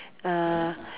err